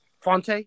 Fonte